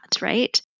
right